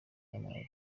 n’amahoro